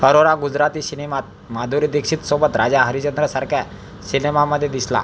अरोरा गुजराती शिनेमात माधुरी दीक्षितसोबत राजा हरिश्चंद्रसारख्या सिनेमामध्ये दिसला